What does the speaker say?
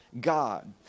God